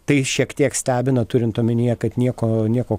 tai šiek tiek stebina turint omenyje kad nieko nieko